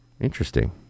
Interesting